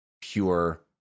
pure